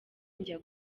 njya